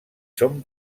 són